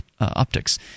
optics